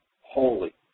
holy